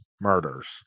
murders